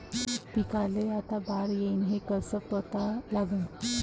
पिकाले आता बार येईन हे कसं पता लागन?